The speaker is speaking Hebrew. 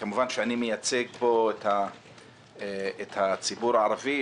וכמובן שאני מייצג פה את המגזר הערבי,